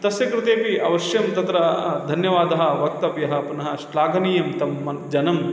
तस्य कृतेऽपि अवश्यं तत्र धन्यवादः वक्तव्यः पुनः श्लाघनीयं तं मन्यते जनं